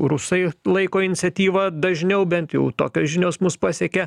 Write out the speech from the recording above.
rusai laiko iniciatyvą dažniau bent jau tokios žinios mus pasiekia